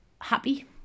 Happy